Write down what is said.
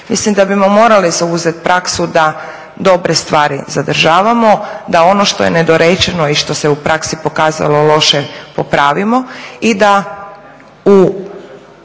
Mislim da bismo morali uzeti praksu da dobre stvari zadržavamo, da ono što je nedorečeno i što se u praksi pokazalo loše popravimo i da u,